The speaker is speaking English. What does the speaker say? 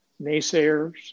naysayers